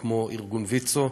כמו ארגון ויצו,